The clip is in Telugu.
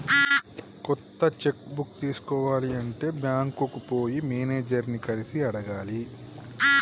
కొత్త చెక్కు బుక్ తీసుకోవాలి అంటే బ్యాంకుకు పోయి మేనేజర్ ని కలిసి అడగాలి